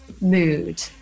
mood